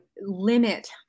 limit